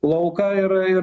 lauką ir ir